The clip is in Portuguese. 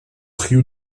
rio